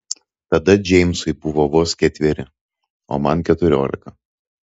tada džeimsui buvo vos ketveri o man keturiolika